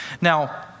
Now